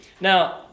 Now